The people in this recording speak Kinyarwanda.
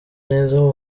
neza